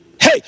Hey